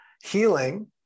healing